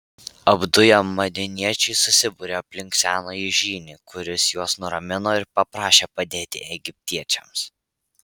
apduję madianiečiai susibūrė aplink senąjį žynį kuris juos nuramino ir paprašė padėti egiptiečiams